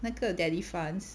那个 Delifrance